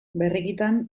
berrikitan